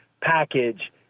package